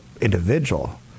individual